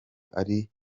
ariko